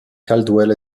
caldwell